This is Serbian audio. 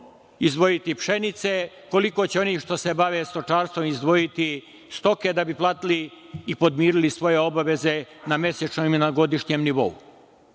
izdvojiti pšenice, koliko će oni što se bave stočarstvom izdvojiti stoke da bi platili i podmirili svoje obaveze na mesečnom i na godišnjem nivou.